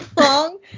long